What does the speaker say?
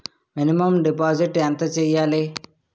Minimum deposit ఎంత చెయ్యాలి?